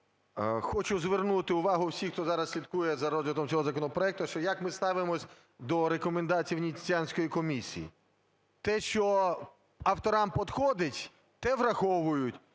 Хочу звернути увагу всіх, хто зараз слідкує за розглядом цього законопроекту, що як ми ставимось до рекомендацій Венеціанської комісії. Те, що авторам підходить, те враховують,